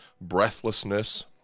breathlessness